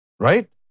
Right